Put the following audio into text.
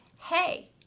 hey